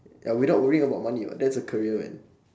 ya without worrying about money what that's a career man